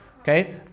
okay